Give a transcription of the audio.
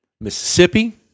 Mississippi